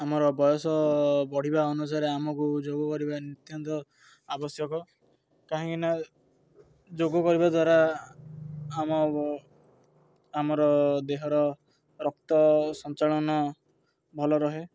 ଆମର ବୟସ ବଢ଼ିବା ଅନୁସାରେ ଆମକୁ ଯୋଗ କରିବା ନିତ୍ୟାନ୍ତ ଆବଶ୍ୟକ କାହିଁକିନା ଯୋଗ କରିବା ଦ୍ୱାରା ଆମ ଆମର ଦେହର ରକ୍ତ ସଞ୍ଚାଳନ ଭଲ ରହେ